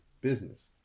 business